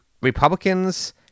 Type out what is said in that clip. Republicans